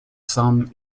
some